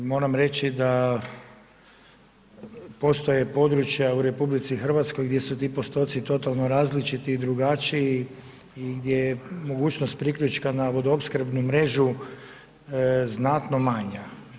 Moram reći, da postoje područja u RH, gdje su ti postoci totalno različiti i drugačiji i gdje je mogućnost priključka na vodoopskrbnu mrežu, znatno manja.